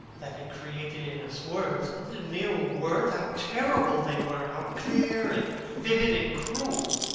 that it created in us. words! mere words! how terrible they were! how clear, and vivid, and cruel!